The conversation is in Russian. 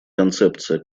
концепция